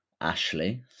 Ashley